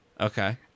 Okay